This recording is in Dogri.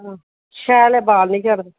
शैल ऐ बाल नीं चढ़दे हैन